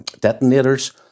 detonators